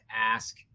ask